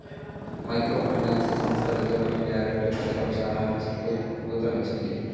micro finance సంస్థలకు రుణ guarantee పథకం చానా ఊతమిచ్చింది